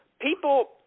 people